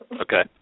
Okay